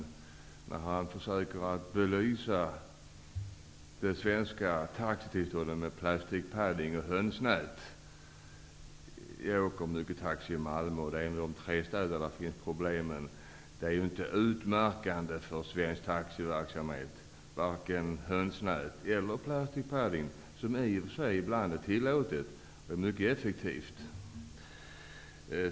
Han försöker belysa den svenska taxirörelsen och taxitillstånden med plastic padding och hönsnät. Jag åker mycket taxi i Malmö. Malmö är en av de tre städer där det finns problem. Varken hönsnät eller plastic padding är utmärkande för svensk taxiverksamhet. Det är i och för sig tillåtet ibland och mycket effektivt.